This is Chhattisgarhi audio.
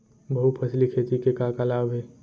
बहुफसली खेती के का का लाभ हे?